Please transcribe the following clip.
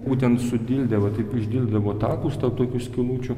būtent su dilde va taip išdildavo tarpus tarp tokių skylučių